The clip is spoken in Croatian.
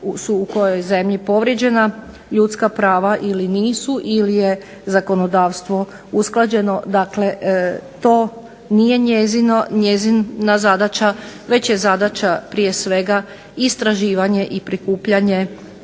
u kojoj zemlji povrijeđena ljudska prava ili nisu ili je zakonodavstvo usklađeno. Dakle, to nije njezina zadaća već je zadaća prije svega istraživanje i prikupljanje